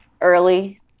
early